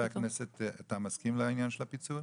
חבר הכנסת, אתה מסכים לעניין של הפיצול?